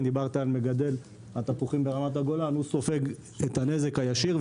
דיברת על אותו מגדל תפוחים ברמת הגולן שסופג את הנזק הישיר,